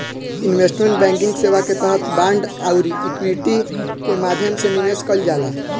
investment banking सेवा के तहत बांड आउरी इक्विटी के माध्यम से निवेश कईल जाला